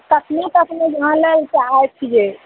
तखने तऽ अपने यहाँ लै ले चाहै छिए